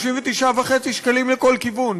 39.5 שקלים לכל כיוון,